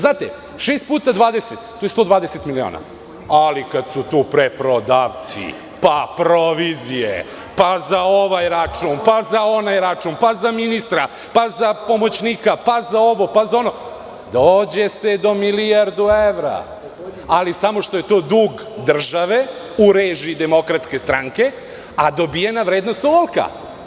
Znate šest puta 20 je 120 miliona, ali kada su tu preprodavci, pa provizije, pa za ovaj račun, pa za onaj račun, pa za ministra, pa za pomoćnika, pa za ovo, pa za ono, dođe se do milijardu evra, ali samo što je to dug države u režiji DS, a dobijena vrednost ovolika.